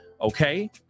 okay